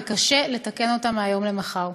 וקשה לתקן אותם מהיום למחר.